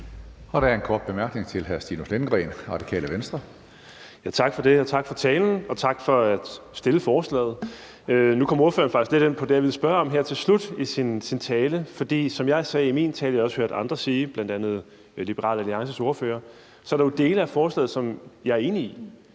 Der er en kort bemærkning til hr. Stinus Lindgreen, Radikale Venstre. Kl. 15:29 Stinus Lindgreen (RV): Tak for det. Tak for talen, og tak for at fremsætte forslaget. Nu kom ordføreren faktisk lidt ind på det, jeg ville spørge om, her til slut i sin tale, for som jeg sagde i min tale, og som jeg også hørte andre sige, bl.a. Liberal Alliances ordfører, så er der jo dele af forslaget, som jeg er enig i.